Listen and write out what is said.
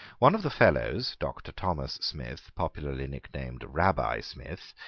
one of the fellows, doctor thomas smith, popularly nicknamed rabbi smith,